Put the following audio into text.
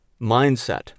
mindset